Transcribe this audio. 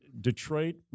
Detroit